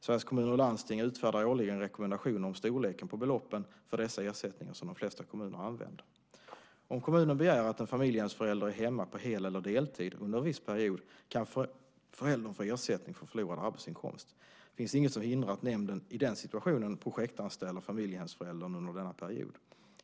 Sveriges Kommuner och Landsting utfärdar årligen rekommendationer om storleken på beloppen för dessa ersättningar som de flesta kommuner använder. Om kommunen begär att en familjehemsförälder är hemma på hel eller deltid under en viss period kan föräldern få ersättning för förlorad arbetsinkomst. Det finns inget som hindrar att nämnden i den situationen projektanställer familjehemsföräldern under denna period.